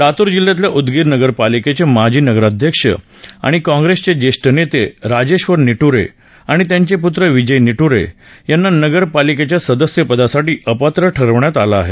लातूर जिल्ह्यातल्या उदगीर नगर पालिकेचे माजी नगराध्यक्ष आणि कॉंग्रेसचे ज्येष्ठ नेते राजेश्वर निट्रे आणि त्यांचे पुत्र विजय निट्रे यांना नगर पालिकेच्या सदस्य पदासाठी अपात्र ठरवण्यात आलं आहे